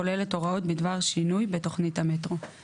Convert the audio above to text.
הכוללת הוראות בדבר שינוי בתוכנית המטרו ;